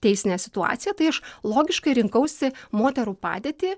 teisinę situaciją tai aš logiškai rinkausi moterų padėtį